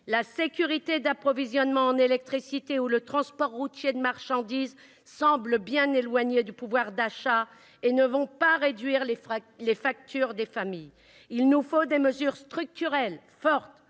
la sécurité d'approvisionnement en électricité ou le transport routier de marchandises semblent bien éloignées du pouvoir d'achat et ne vont pas réduire les factures des familles. Il nous faut des mesures structurelles fortes,